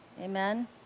amen